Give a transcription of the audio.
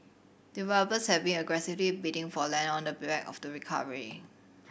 developers have been aggressively bidding for land on the of the recovery